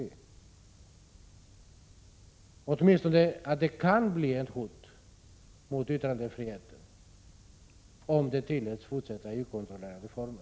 Eller tror han åtminstone att den kan bli ett hot mot yttrandefriheten, om den tillåts fortsätta i okontrollerade former?